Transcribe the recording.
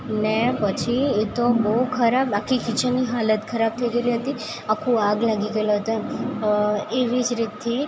ને પછી તો બહુ ખરાબ આખી કિચનની હાલત ખરાબ થઈ ગયેલી હતી આખું આગ લાગી ગયેલ હતું એમ એવી જ રીતથી